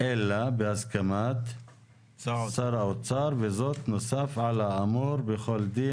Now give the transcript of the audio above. אלא בהסכמת שר האוצר, וזאת נוסף על האמור בכל דין.